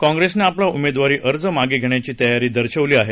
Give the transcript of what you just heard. काँप्रेसने आपला उमेदवार मागे घेण्याची तयारी दर्शविली आहे